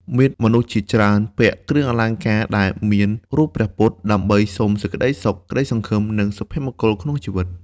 មានមនុស្សជាច្រើនពាក់គ្រឿងអលង្ការដែលមានរូបព្រះពុទ្ធ ដើម្បីសុំសេចក្ដីសុខ ក្តីសង្ឃឹម និងសុភមង្គលក្នុងជីវិត។